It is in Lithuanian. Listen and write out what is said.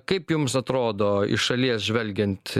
kaip jums atrodo iš šalies žvelgiant